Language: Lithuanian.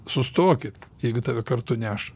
sustokit jeigu tave kartu neša